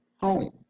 home